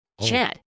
Chad